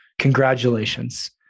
Congratulations